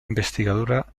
investigadora